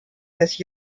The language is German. des